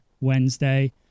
Wednesday